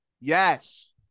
Yes